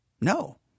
no